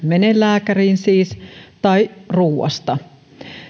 mene lääkäriin tai ruuasta